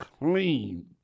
clean